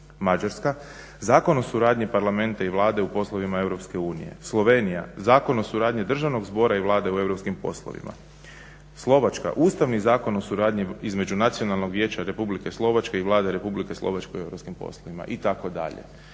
Mađarska Zakon o suradnji Parlamenta i Vlade u poslovima EU. Slovenija Zakon o suradnji Državnog zbora i Vlade u europskim poslovima. Slovačka Ustavni zakon o suradnji između Nacionalnog vijeća Republike Slovačke i Vlade Republike Slovačke u europskim poslovima itd. Dakle,